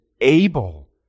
able